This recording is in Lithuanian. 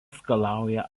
skalauja